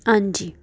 हां जी